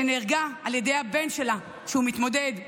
נהרגה על ידי הבן שלה, שהוא מתמודד.